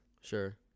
Sure